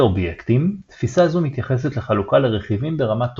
אובייקטים תפיסה זו מתייחסת לחלוקה לרכיבים ברמת תוכנית.